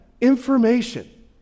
information